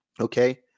okay